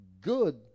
good